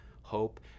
hope